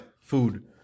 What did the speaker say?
food